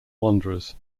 wanderers